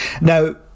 Now